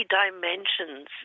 dimensions